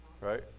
Right